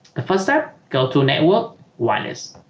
the first step go to network wireless